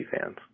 fans